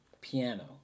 piano